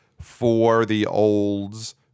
for-the-olds